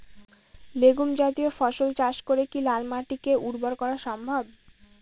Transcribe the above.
Legume জাতীয় ফসল চাষ করে কি লাল মাটিকে উর্বর করা সম্ভব?